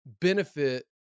benefit